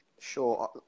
Sure